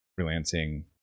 freelancing